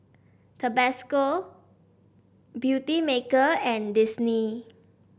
Tabasco Beautymaker and Disney